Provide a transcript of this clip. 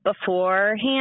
beforehand